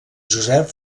josep